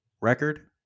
record